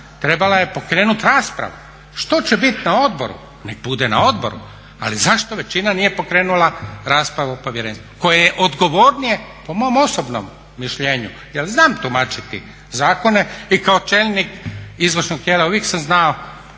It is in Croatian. trebala je pokrenut raspravu što će bit na odboru nek' bude na odboru, ali zašto većina nije pokrenula raspravu povjerenstva koje je odgovornije po mom osobnom mišljenju, jer znam tumačiti zakone i kao čelnik izvršnog tijela uvijek sam znao